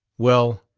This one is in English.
well,